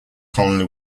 colony